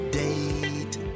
date